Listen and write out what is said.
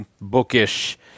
bookish